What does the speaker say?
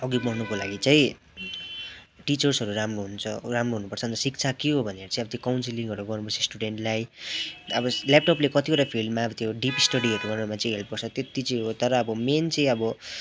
अघि बढ्नुको लागि चाहिँ टिचर्सहरू राम्रो हुन्छ राम्रो हुनु पर्छ अन्त शिक्षा के हो भनेर चाहिँ अब त्यो काउन्सिलिङहरू गर्नु पर्छ स्टुडेन्डलाई अब ल्यापटपले कतिवटा फिल्डमा त्यो डिप स्टडीहरू गर्नुमा चाहिँ हेल्प गर्छ त्यती चाहिँ हो तर अब मेन चाहिँ अब